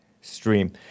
stream